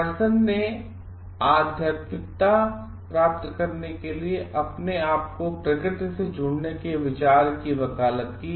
immersion ने आध्यात्मिकता प्राप्त करने के लिए अपने आप को प्रकृति से जुड़ने के विचार की वकालत की